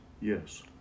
Yes